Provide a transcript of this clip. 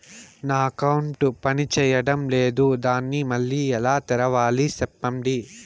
నా అకౌంట్ పనిచేయడం లేదు, దాన్ని మళ్ళీ ఎలా తెరవాలి? సెప్పండి